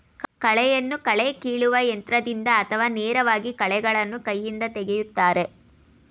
ಕಳೆಯನ್ನು ಕಳೆ ಕೀಲುವ ಯಂತ್ರದಿಂದ ಅಥವಾ ನೇರವಾಗಿ ಕಳೆಗಳನ್ನು ಕೈಯಿಂದ ತೆಗೆಯುತ್ತಾರೆ